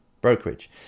brokerage